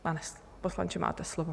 Pane poslanče, máte slovo.